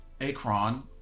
Akron